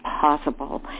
possible